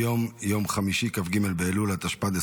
היום יום חמישי כ"ג באלול התשפ"ד,